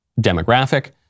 demographic